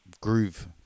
groove